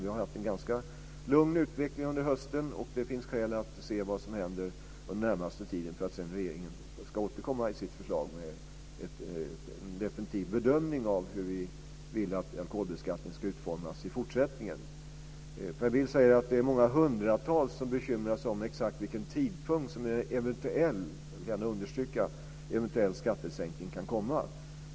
Vi har haft en ganska lugn utveckling under hösten, och det finns skäl att se vad som händer den närmaste tiden för att regeringen sedan ska återkomma i sitt förslag med en definitiv bedömning av hur vi vill att alkoholbeskattningen ska utformas i fortsättningen. Per Bill säger att det är många hundratals som bekymrar sig om exakt vilken tidpunkt en eventuell skattesänkning kan komma.